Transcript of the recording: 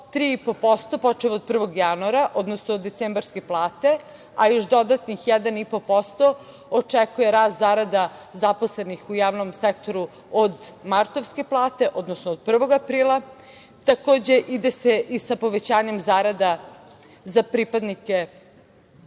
3,5% počev od 1. januara, odnosno od decembarske plate, a još dodatnih 1,5% očekuje rast zarada zaposlenih u javnom sektoru od martovske plate, odnosno od 1. aprila. Takođe, ide se i sa povećanjem zarada za pripadnike